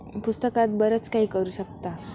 पुस्तकात बरंच काही करू शकता